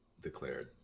declared